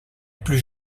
plus